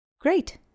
Great